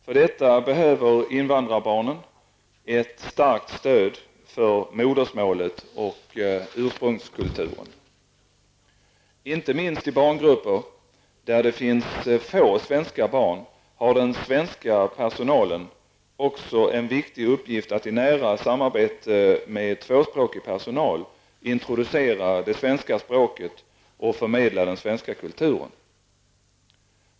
För detta behöver invandrarbarnen ett starkt stöd för modersmålet och ursprungskulturen. Inte minst i barngrupper där det finns få svenska barn har den svenska personalen också en viktig uppgift att i nära samarbete med tvåspråkig personal introducera det svenska språket och förmedla den svenska kulturen.